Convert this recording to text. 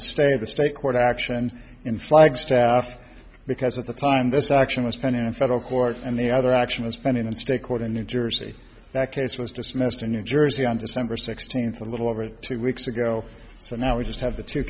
to stay the state court action in flagstaff because at the time this action was pending in federal court and the other that's pending in state court in new jersey that case was dismissed in new jersey on december sixteenth a little over two weeks ago so now we just have the two